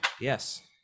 Yes